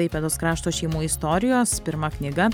klaipėdos krašto šeimų istorijos pirma knyga